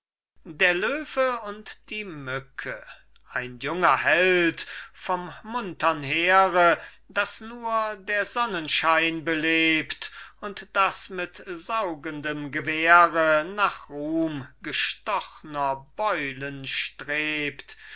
der löwe und die mücke ein junger held vom muntern heere das nur der sonnenschein belebt und das mit saugendem gewehre nach ruhm gestochner beulen strebt